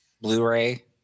Blu-ray